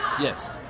Yes